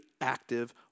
active